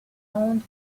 owned